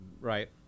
Right